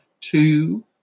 two